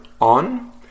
on